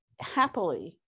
happily